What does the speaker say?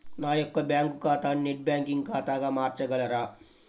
నా యొక్క బ్యాంకు ఖాతాని నెట్ బ్యాంకింగ్ ఖాతాగా మార్చగలరా?